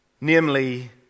Namely